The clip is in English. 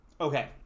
okay